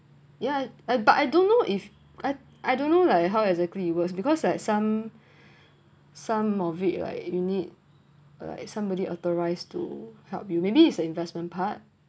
ya but I don't know if I I don't know lah how exactly it works because like some some of it like you need like somebody authorised to help you maybe the investment part